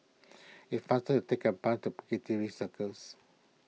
is faster to take a bus to Piccadilly Circus